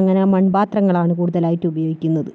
അങ്ങനെ മൺപാത്രങ്ങളാണ് കൂടുതലായിട്ടും ഉപയോഗിക്കുന്നത്